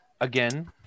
Again